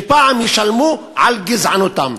שפעם ישלמו על גזענותם.